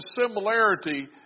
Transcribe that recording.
similarity